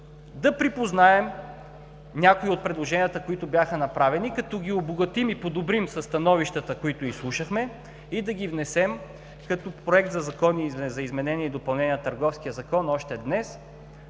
да припознаем някои от предложенията, които бяха направени като ги обогатим и подобрим със становищата, които изслушахме, и да ги внесем като Проект на Закон за изменение на Търговския закон още днес.